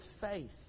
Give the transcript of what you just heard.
faith